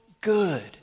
good